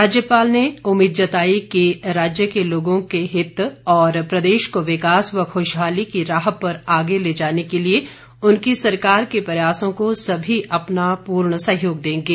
राज्यपाल ने उम्मीद जताई कि राज्य के लोगों के हित और प्रदेश को विकास व खुशहाली की राह पर आगे ले जाने के लिए उनकी सरकार के प्रयासों को सभी अपना पूर्ण सहयोग देंगे